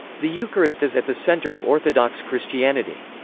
the eucharist is at the center of orthodox christianity.